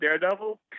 daredevil